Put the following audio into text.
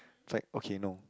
it's like okay no